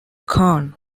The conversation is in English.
khan